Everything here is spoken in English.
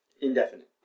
Indefinite